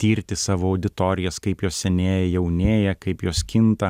tirti savo auditorijas kaip jos senėja jaunėja kaip jos kinta